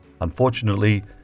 Unfortunately